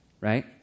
right